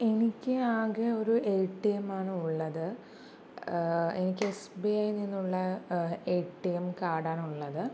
എനിക്ക് ആകെ ഒരു എ ടി എം ആണുള്ളത് എനിക്ക് എസ് ബി ഐ നിന്നുള്ള എ ടി എം കാർഡാണുള്ളത്